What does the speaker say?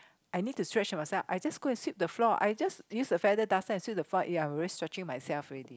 I need to stretch myself I just go and sweep the floor I just use the feather duster and sweep the floor ya already stretching myself already